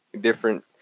different